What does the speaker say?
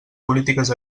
polítiques